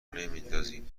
نمیندازیم